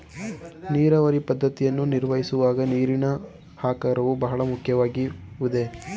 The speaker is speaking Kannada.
ನೀರಾವರಿ ಪದ್ದತಿಯನ್ನು ನಿರ್ಧರಿಸುವಾಗ ನೀರಿನ ಆಕಾರವು ಬಹಳ ಮುಖ್ಯವಾಗುವುದೇ?